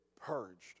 purged